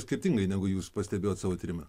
skirtingai negu jūs pastebėjot savo tyrime